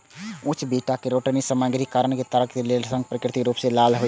उच्च beta carotene सामग्रीक कारण ताड़क तेल के रंग प्राकृतिक रूप सं लाल होइ छै